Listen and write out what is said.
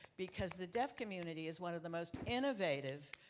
because the deaf community is one of the most innovative,